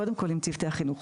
קודם כל עם צוותי החינוך.